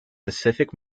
pacific